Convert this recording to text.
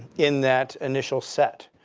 in that initial set.